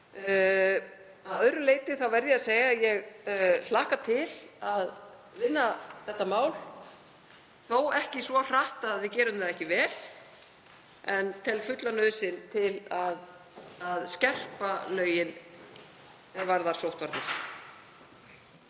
það. Að öðru leyti verð ég að segja að ég hlakka til að vinna þetta mál, þó ekki svo hratt að við gerum það ekki vel, en ég tel fulla nauðsyn til að skerpa lög um sóttvarnir.